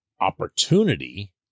opportunity